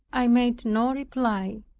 i made no reply.